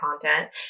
content